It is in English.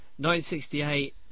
1968